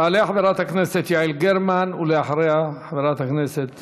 תעלה חברת הכנסת יעל גרמן, ואחריה, חברת הכנסת